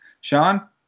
Sean